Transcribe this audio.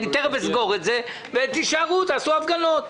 תיכף אסגור את הדיון ותישארו, תעשו הפגנות.